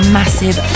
massive